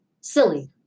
Silly